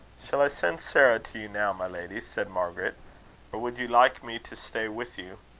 shall i send sarah to you now, my lady? said margaret or would you like me to stay with you?